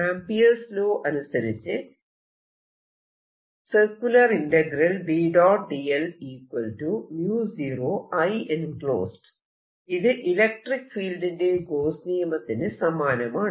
Ampere's law അനുസരിച്ച് ഇത് electric ഫീൽഡിന്റെ ഗോസ്സ് നിയമത്തിനു സമാനമാണ്